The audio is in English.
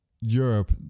Europe